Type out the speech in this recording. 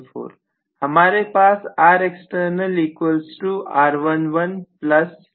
हमारे पास होगा